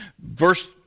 Verse